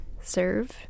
serve